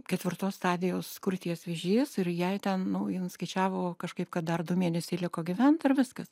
ketvirtos stadijos krūties vėžys ir jai ten nu jin skaičiavo kažkaip kad dar du mėnesiai liko gyvent ir viskas